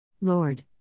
Lord